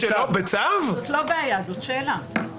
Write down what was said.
זאת לא בעיה, זאת שאלה.